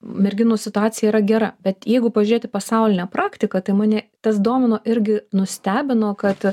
merginų situacija yra gera bet jeigu pažiūrėt į pasaulinę praktiką tai mane tas domino irgi nustebino kad